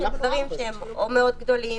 של דברים שהם מאוד גדולים,